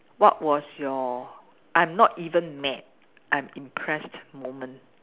what was your I'm not even met I'm impressed moment